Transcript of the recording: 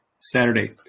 Saturday